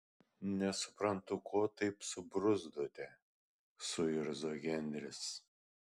nesuprantu ko taip subruzdote suirzo henris